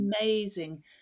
Amazing